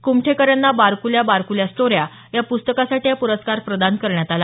कुमठेकर यांना बारकुल्या बारकुल्या ष्टोऱ्या या पुस्तकासाठी हा पुरस्कार प्रदान करण्यात आला